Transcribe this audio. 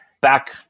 back